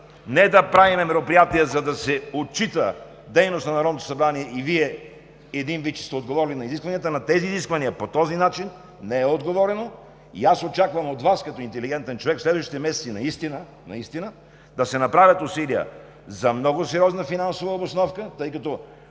не да правим мероприятия, за да се отчита дейност на Народното събрание и Вие един вид, че сте отговорни на тези изисквания. По този начин не е отговорено и очаквам от Вас като интелигентен човек в следващите месеци наистина да се направят усилия за много сериозна финансова обосновка. Пак